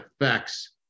affects